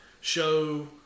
show